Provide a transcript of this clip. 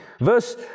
verse